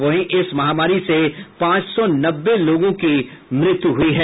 वहीं इस महामारी से पांच सौ नब्बे की मृत्यु हुई है